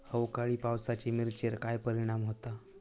अवकाळी पावसाचे मिरचेर काय परिणाम होता?